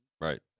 right